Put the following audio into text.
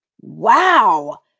Wow